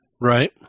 Right